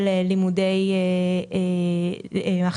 סך של 70 מיליון שקלים